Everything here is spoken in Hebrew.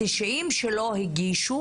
90 שלא הגישו